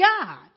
God